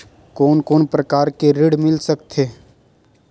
कोन कोन प्रकार के ऋण मिल सकथे?